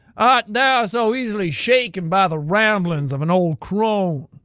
art thou so easily shaken by the ramblings of an old crone?